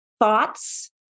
thoughts